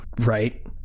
right